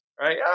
right